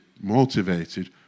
motivated